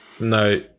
No